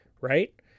right